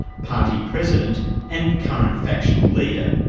party president and current factional leader.